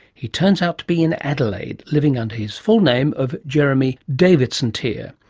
he turns out to be in adelaide living under his full name of jeremy davidson-tear,